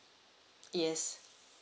yes